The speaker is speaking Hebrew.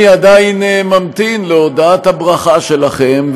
אני עדיין ממתין להודעת הברכה שלכם,